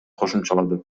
кошумчалады